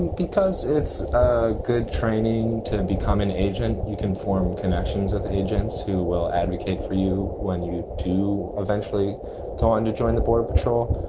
and because it's ah good training to become an agent you can form connections of agents who will advocate for you when you do eventually go on to join the border patrol.